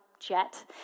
jet